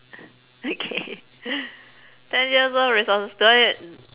okay ten years worth of resources do I get